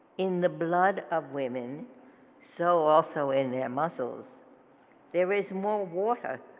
in the blood of women so also in their muscles there is more water